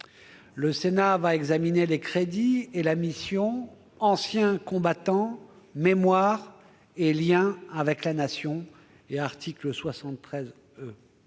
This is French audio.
Le Sénat va examiner les crédits de la mission « Anciens combattants, mémoire et liens avec la Nation » (et article 73